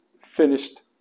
finished